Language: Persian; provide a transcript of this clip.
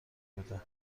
بوده